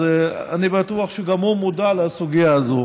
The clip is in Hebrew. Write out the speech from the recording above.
אז אני בטוח שגם הוא מודע לסוגיה הזו.